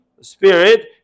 Spirit